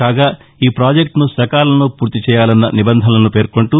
కాగా ఈ ప్రాజెక్టును సకాలంలో పూర్తి చేయాలన్న నిబంధనలను పేర్కొంటూ